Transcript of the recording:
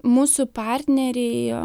mūsų partneriai